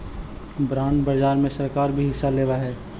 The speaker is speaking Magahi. बॉन्ड बाजार में सरकार भी हिस्सा लेवऽ हई